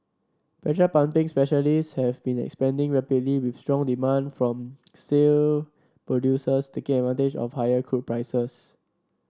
pressure pumping specialist have been expanding rapidly with strong demand from shale producers taking advantage of higher crude prices